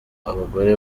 abagore